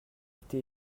été